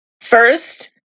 first